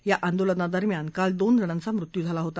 या आंदोलनादरम्यान काल दोनजणांचा मृत्यू झाला होता